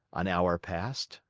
an hour passed,